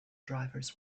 drivers